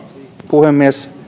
puhemies